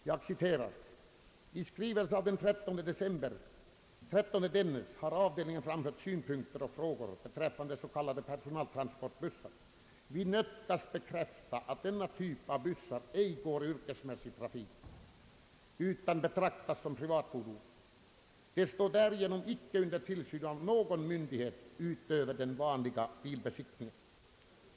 Så sent som den 20 mars 1968 uttalade arbetarskyddsstyrelsen följande i en svarsskrivelse till avdelning 7 av Skogsarbetareförbundet: Vi nödgas bekräfta att denna typ av bussar ej går i yrkesmässig trafik utan betraktas som privatfordon. De stå därigenom icke under tillsyn av någon myndighet utöver den vanliga bilbesiktningen.